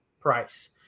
price